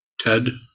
Ted